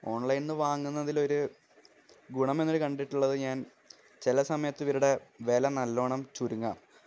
ഓൺലൈനിൽ നിന്നു വാങ്ങുന്നതിലൊരു ഗുണമെന്ന് ഒരു കണ്ടിട്ടുള്ളത് ഞാൻ ചില സമയത്ത് ഇവരുടെ വില നല്ലവണ്ണം ചുരുങ്ങാം